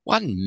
One